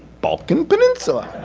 balkan peninsula,